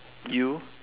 you